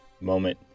moment